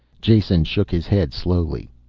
jason shook his head slowly.